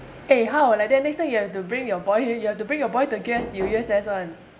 eh how like that next time you have to bring your boy you have to bring your boy to U_S_S [one]